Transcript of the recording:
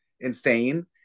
insane